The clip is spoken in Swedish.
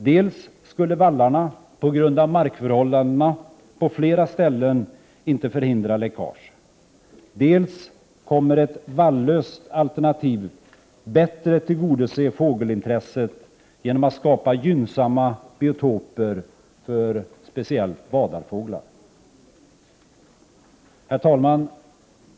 Dels skulle vallarna på grund av markförhållandena på flera ställen inte förhindra läckage, dels kommer ett vallfritt alternativ att bättre tillgodose fågelintresset, eftersom det skapas gynnsamma biotoper för speciellt vadarfåglar. Herr talman!